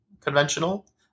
conventional